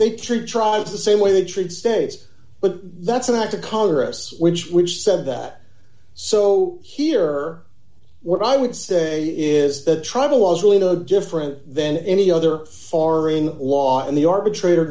they treat tribes the same way they treat states but that's an act of congress which which said that so here what i would say is that travel was really no different than any other foreign law in the arbitrator